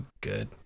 good